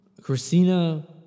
Christina